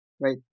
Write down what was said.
right